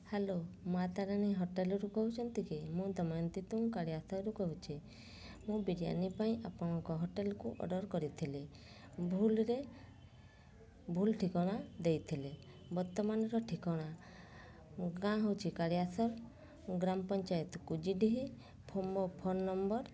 hello Maa Tarini ହୋଟେଲରୁ କହୁଛନ୍ତି କି ମୁଁ ଦମୟନ୍ତୀ ତୁଙ୍ଗ୍ କାଳିଆ ରୁ କହୁଛି ମୁଁ ବିରିୟାନି ପାଇଁ ଆପଣଙ୍କ ହୋଟେଲକୁ ଅର୍ଡ଼ର୍ କରିଥିଲି ଭୁଲରେ ଭୁଲ ଠିକଣା ଦେଇଥିଲି ବର୍ତ୍ତମାନର ଠିକଣା ମୋ ଗାଁ ହେଉଛି କାଳିଆ ଗ୍ରାମ ପଞ୍ଚାୟତ କୁଜିଡ଼ିହି ମୋ ଫୋନ୍ ନମ୍ବର